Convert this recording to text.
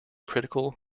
critical